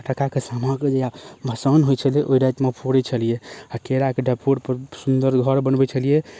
फटाकाके सामाके रातिमे जहिआ भसाओन होइत छलै ओहि रातिमे फोड़ैत छलियै आ केराके डपौर पर सुंदर घर बनबैत छलियै